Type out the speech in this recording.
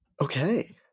Okay